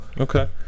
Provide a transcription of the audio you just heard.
okay